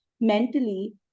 mentally